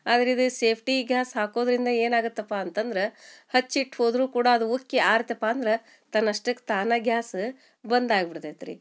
ಆದ್ರೆ ಇದು safety gas ಹಾಕೋದರಿಂದ ಏನಾಗುತ್ತಪ್ಪ ಅಂತಂದ್ರೆ ಹಚ್ಚಿಟ್ಟು ಹೋದರೂ ಕೂಡ ಅದು ಉಕ್ಕಿ ಆರಿತಪ್ಪ ಅಂದ್ರೆ ತನ್ನಷ್ಟಕ್ಕೆ ತಾನೇ ಗ್ಯಾಸ ಬಂದ್ ಆಗ್ಬಿಡ್ತೈತೆ ರೀ